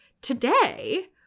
Today